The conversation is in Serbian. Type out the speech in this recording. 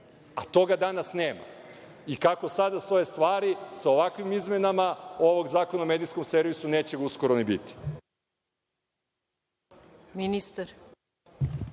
a toga danas nema i kako sada stoje stvari, sa ovakvim izmenama ovog Zakona o medijskom servisu, neće ga uskoro ni biti.